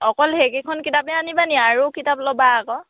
অকল সেইকেইখন কিতাপেই আনিবা নি আৰু কিতাপ ল'বা আকৌ